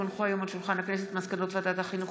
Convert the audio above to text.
כי הונחו היום על שולחן הכנסת מסקנות ועדת החינוך,